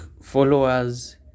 followers